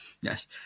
Yes